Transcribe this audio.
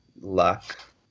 luck